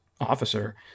officer